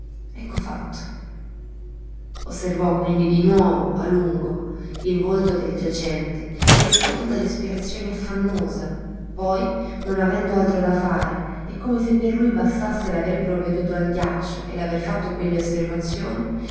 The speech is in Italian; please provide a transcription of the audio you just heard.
ecco fatto osservò quindi di nuovo a lungo il volto del giacente ne ascoltò la respirazione affannosa poi non avendo altro da fare e come se per lui bastasse l'aver provveduto al ghiaccio e l'aver fatto quelle osservazioni